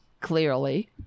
clearly